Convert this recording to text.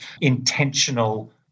intentional